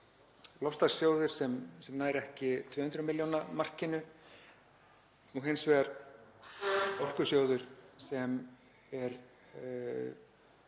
loftslagssjóður sem nær ekki 200 milljóna markinu og hins vegar Orkusjóður sem er